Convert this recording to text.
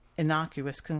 innocuous